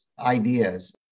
ideas